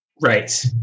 Right